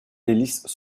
délices